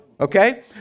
Okay